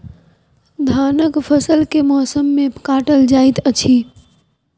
धानक फसल केँ मौसम मे काटल जाइत अछि?